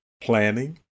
planning